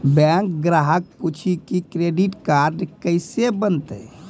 Bank ग्राहक पुछी की क्रेडिट कार्ड केसे बनेल?